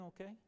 okay